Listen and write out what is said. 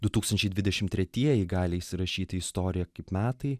du tūkstančiai dvidešim tretieji gali įsirašyti į istoriją kaip metai